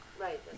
Right